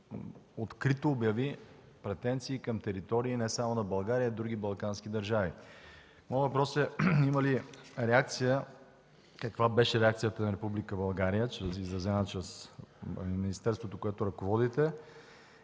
открито обяви претенции към територии не само на България, но и на други балкански държави. Моят въпрос е: каква беше реакцията на Република България изразена чрез министерството, което ръководите,